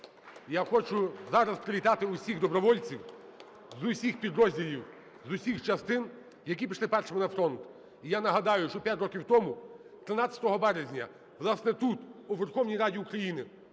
Я хочу зараз привітати всіх добровольців з усіх підрозділів, з усіх частин, які пішли першими на фронт. І я нагадаю, що 5 років тому, 13 березня, власне, тут, у Верховній Раді України